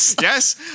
Yes